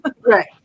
Right